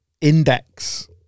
Index